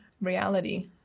reality